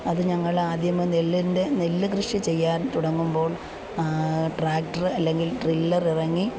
അത് ഞങ്ങൾ ആദ്യമേ നെല്ലിൻ്റെ നെല്ല് കൃഷി ചെയ്യാൻ തുടങ്ങുമ്പോൾ ട്രാക്ടർ അല്ലെങ്കിൽ ട്രില്ലർ ഇറങ്ങി